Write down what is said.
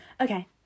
Okay